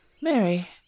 Mary